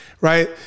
right